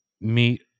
Meet